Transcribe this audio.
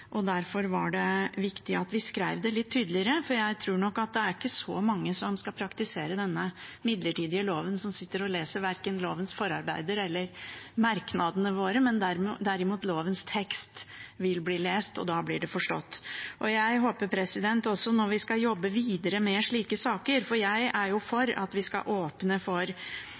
og derfor var det viktig at vi skrev det litt tydeligere, for jeg tror ikke det er så mange som skal praktisere denne midlertidige loven, som sitter og leser verken lovens forarbeider eller merknadene våre, men lovens tekst vil derimot bli lest, og da blir det forstått Jeg håper også at vi når skal jobbe videre med slike saker – for jeg er jo for at vi skal åpne for